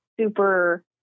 super